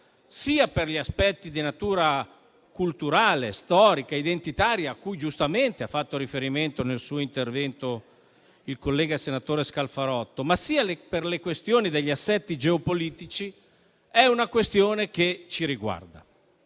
sia per gli aspetti di natura culturale, storica e identitaria, cui giustamente ha fatto riferimento nel suo intervento il collega senatore Scalfarotto, sia per gli assetti geopolitici, è una questione che ci riguarda.